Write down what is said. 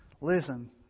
Listen